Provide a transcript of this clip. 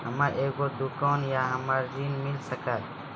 हमर एगो दुकान या हमरा ऋण मिल सकत?